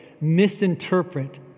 Misinterpret